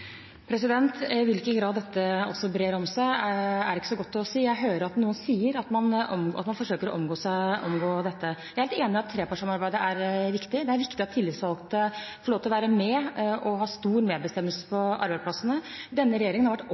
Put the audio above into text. I hvilken grad dette brer seg, er ikke så godt å si. Jeg hører noen sier at man forsøker å omgå dette. Jeg er helt enig i at trepartssamarbeidet er viktig. Det er viktig at tillitsvalgte får lov til å være med og ha stor medbestemmelse på arbeidsplassene. Denne regjeringen har vært